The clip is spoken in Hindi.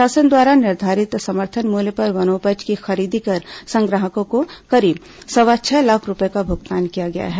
शासन द्वारा निर्धारित समर्थन मूल्य पर वनोपज की खरीदी कर संग्राहकों को करीब सवा छह लाख रूपये का भुगतान किया गया है